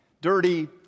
Dirty